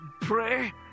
pray